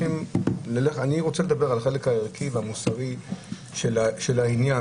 אני רוצה לדבר על החלק הערכי והמוסרי של העניין,